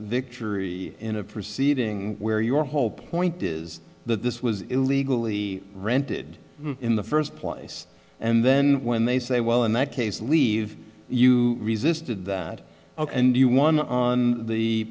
victory in a proceeding where your whole point is that this was illegally rented in the first place and then when they say well in that case leave you resisted that ok and you won on the